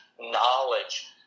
knowledge